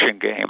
game